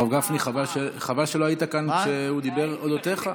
הרב גפני, חבל שלא היית כאן כשהוא דיבר אודותיך.